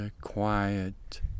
quiet